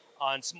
on